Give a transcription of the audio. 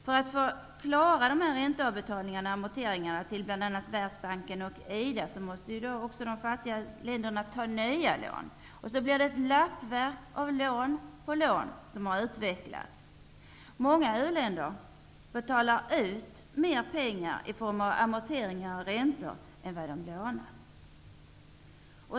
För att klara av räntebetalningar och amorteringar till bl.a. Världsbanken och IDA måste de fattiga länderna ta nya lån. Ett lappverk av lån på lån har utvecklats. Många u-länder betalar ut mer pengar i form av amorteringar och räntor än vad de lånar.